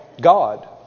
God